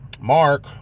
Mark